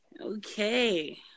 Okay